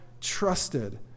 trusted